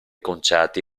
concerti